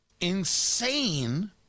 insane